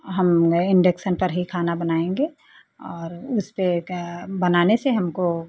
हम नए इंडक्शन पर ही खाना बनाएंगे और उसपे एक बनाने से हमको